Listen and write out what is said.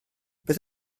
beth